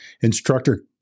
instructor